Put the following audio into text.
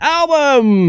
album